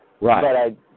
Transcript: Right